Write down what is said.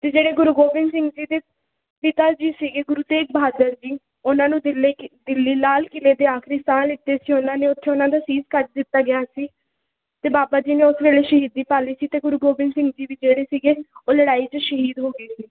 ਅਤੇ ਜਿਹੜੇ ਗੁਰੂ ਗੋਬਿੰਦ ਸਿੰਘ ਜੀ ਦੇ ਪਿਤਾ ਜੀ ਸੀਗੇ ਗੁਰੂ ਤੇਗ ਬਹਾਦਰ ਜੀ ਉਹਨਾਂ ਨੂੰ ਦਿੱਲੀ ਦਿੱਲੀ ਲਾਲ ਕਿਲ੍ਹੇ 'ਤੇ ਆਖਰੀ ਸਾਹ ਲਿੱਤੇ ਸੀ ਉਹਨਾਂ ਨੇ ਉੱਥੇ ਉਹਨਾਂ ਦਾ ਸੀਸ ਕੱਟ ਦਿੱਤਾ ਗਿਆ ਸੀ ਅਤੇ ਬਾਬਾ ਜੀ ਨੇ ਉਸ ਵੇਲੇ ਸ਼ਹੀਦੀ ਪਾ ਲਈ ਸੀ ਅਤੇ ਗੁਰੂ ਗੋਬਿੰਦ ਸਿੰਘ ਜੀ ਵੀ ਜਿਹੜੇ ਸੀਗੇ ਉਹ ਲੜਾਈ 'ਚ ਸ਼ਹੀਦ ਹੋ ਗਏ ਸੀ